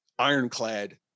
ironclad